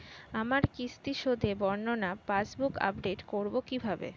আমার কিস্তি শোধে বর্ণনা পাসবুক আপডেট করব কিভাবে?